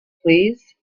please